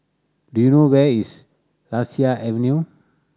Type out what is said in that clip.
do you know where is Lasia Avenue